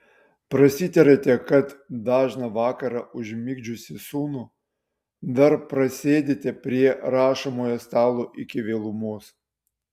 prasitarėte kad dažną vakarą užmigdžiusi sūnų dar prasėdite prie rašomojo stalo iki vėlumos